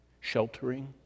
sheltering